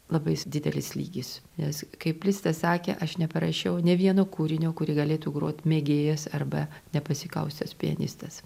labai didelis lygis nes kaip listas sakė aš neparašiau nė vieno kūrinio kurį galėtų grot mėgėjas arba nepasikaustęs pianistas